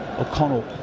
O'Connell